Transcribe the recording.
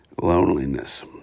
loneliness